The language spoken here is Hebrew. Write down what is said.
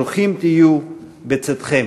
ברוכים תהיו בצאתם.